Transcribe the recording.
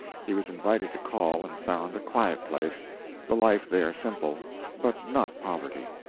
he was invited to call, and found a quiet place the life there simple but not poverty.